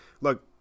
look